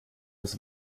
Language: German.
das